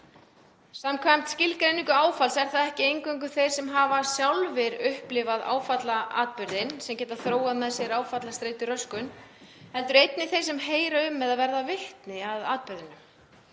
Samkvæmt skilgreiningu áfalls eru það ekki eingöngu þeir sem hafa sjálfir upplifað áfallaatburðinn sem geta þróað með sér áfallastreituröskun heldur einnig þeir sem heyra um eða verða vitni að atburðinum.